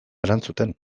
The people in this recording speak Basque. erantzuten